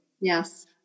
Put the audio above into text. Yes